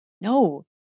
No